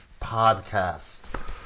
Podcast